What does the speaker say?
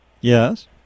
Yes